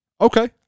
Okay